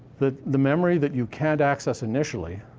that the memory that you can't access initially,